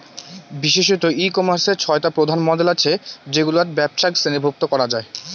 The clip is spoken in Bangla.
বিশেষতঃ ই কমার্সের ছয়টা প্রধান মডেল আছে যেগুলাত ব্যপছাক শ্রেণীভুক্ত করা যায়